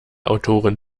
autorin